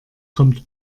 kommt